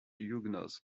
huguenots